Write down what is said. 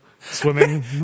swimming